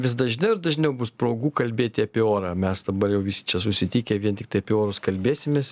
vis dažniau ir dažniau bus progų kalbėti apie orą mes dabar jau visi čia susitikę vien tiktai apie orus kalbėsimės